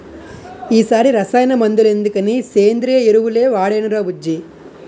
ఈ సారి రసాయన మందులెందుకని సేంద్రియ ఎరువులే వాడేనురా బుజ్జీ